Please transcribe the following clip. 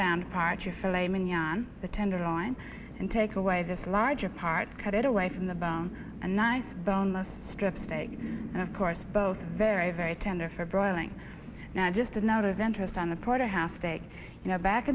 you on the tenderloin and take away this larger part cut it away from the bone and nice boneless strip steak and of course both very very tender for broiling now just a note of interest on the